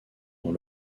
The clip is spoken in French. dans